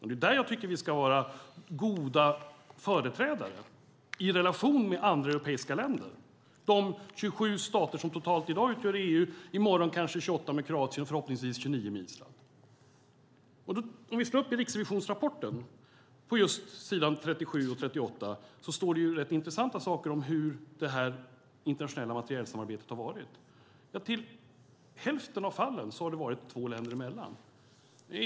Det är där jag tycker att vi ska vara goda företrädare, alltså i relation med andra europeiska länder, de totalt 27 stater som i dag utgör EU. I morgon kanske det är 28 med Kroatien och förhoppningsvis 29 med Island. På s. 37 och 38 i Riksrevisionens rapport står det rätt intressanta saker om hur detta internationella materielsamarbete har varit. I hälften av fallen har det skett med två länder.